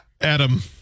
adam